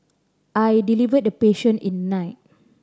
I delivered the patient in night